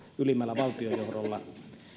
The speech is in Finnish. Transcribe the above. ylimmällä valtionjohdolla